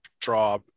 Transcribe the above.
draw